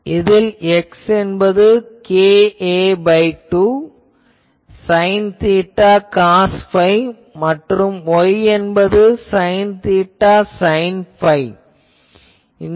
இதில் X என்பது ka2 sine theta cos phi மற்றும் Y என்பது சைன் தீட்டா சைன் phi